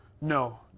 no